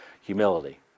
humility